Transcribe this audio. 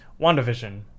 WandaVision